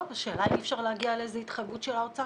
השאלה אם אי אפשר להגיע להתחייבות של האוצר